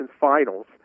finals